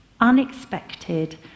unexpected